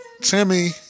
Timmy